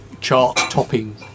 chart-topping